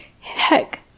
heck